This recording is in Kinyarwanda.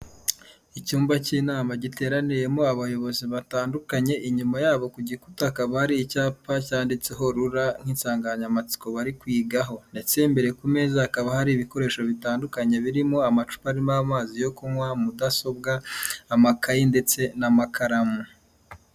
Icyumba cy'inama giteraniyemo abayobozi batandukanye inyuma yabo ku gikutakaba ari icyapa cyanditseho rura nk'insanganyamatsiko bari kwigaho, ndetse mbere ku meza hakaba hari ibikoresho bitandukanye birimo; amacupa arimo amazi yo kunywaho, mudasobwa, amakayi, ndetse n'amakaramu.